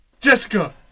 Jessica